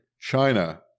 china